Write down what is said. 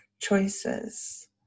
choices